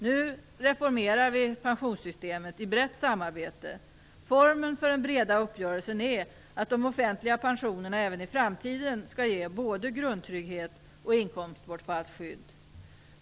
Nu reformerar vi pensionssystemet i brett samarbete. Formen för den breda uppgörelsen är att de offentliga pensionerna även i framtiden skall ge både grundtrygghet och inkomstbortfallsskydd.